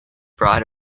bought